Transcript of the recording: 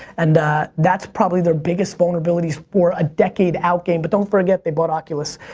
and that's probably their biggest vulnerabilities for a decade out game, but don't forget they bought oculus,